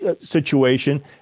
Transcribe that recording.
situation